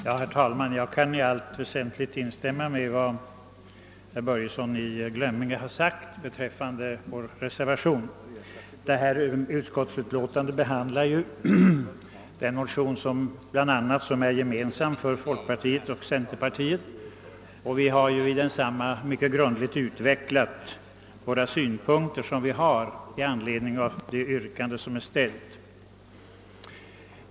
Herr talman! Jag kan i allt väsentligt instämma i vad herr Börjesson i Glömminge sagt beträffande vår reservation. Det föreliggande utskottsutlåtandet behandlar en motion som är gemensam för folkpartiet och centerpartiet, och vi har i reservationen mycket grundligt utvecklat våra synpunkter på det yrkande som där ställts.